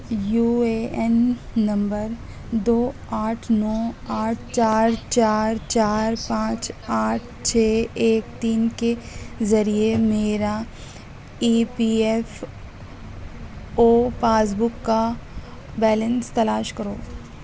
you A N number دو آٹھ نو آٹھ چار چار چار پانچ آٹھ چھ ایک تین کے ذریعے میرا E P F O passbook کا بیلنس تلاش کرو